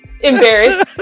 Embarrassed